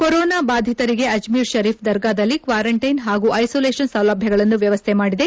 corona ಬಾಧಿತರಿಗೆ ಅಜ್ಜೀರ್ ಶರೀಫ್ ದರ್ಗಾದಲ್ಲಿ quarantine ಹಾಗೂ ಐಸೋಲೇಷನ್ ಸೌಲಭ್ಯಗಳನ್ನು ವ್ಯವಸ್ಥೆ ಮಾಡಿದೆ